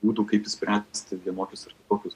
būdų kaip išspręsti vienokius ar kokius